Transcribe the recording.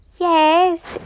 Yes